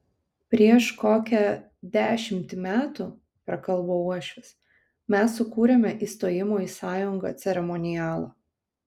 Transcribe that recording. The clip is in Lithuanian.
prieš kokią dešimtį metų prakalbo uošvis mes sukūrėme įstojimo į sąjungą ceremonialą